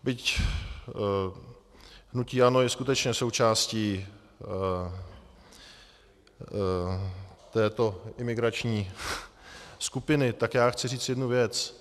Byť hnutí ANO je skutečně součástí této imigrační skupiny, tak já chci říct jednu věc.